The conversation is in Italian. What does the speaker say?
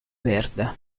verde